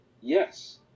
Yes